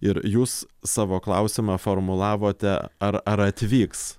ir jūs savo klausimą formulavote ar ar atvyks